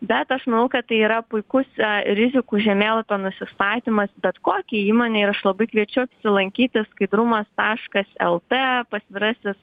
bet aš manau kad tai yra puikus rizikų žemėlapio nusistatymas bet kokiai įmonei ir aš labai kviečiu apsilankyti skaidrumas taškas lt pasvirasis